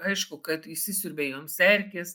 aišku kad įsisiurbia joms erkės